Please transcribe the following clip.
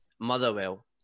Motherwell